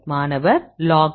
மாணவர் Log P